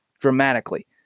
dramatically